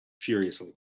furiously